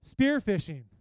spearfishing